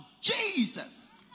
Jesus